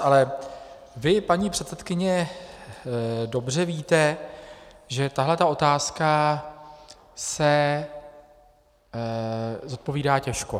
Ale vy, paní předsedkyně, dobře víte, že tato otázka se zodpovídá těžko.